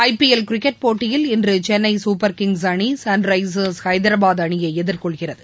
ஐ P L cricket போட்டியில் இன்று Chennai super kings அணி சன்ரைசர்ஸ் ஹைதராபாத் அணியை எதிர்கொள்கிறது